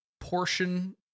portion